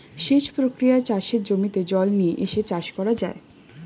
সেচ প্রক্রিয়ায় চাষের জমিতে জল নিয়ে এসে চাষ করা যায়